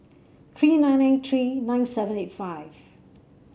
three nine nine three nine seven eight five